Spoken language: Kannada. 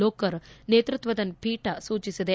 ಲೋಕೂರ್ ನೇತೃತ್ವದ ಪೀಠ ಸೂಚಿಸಿದೆ